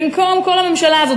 כל הממשלה הזאת,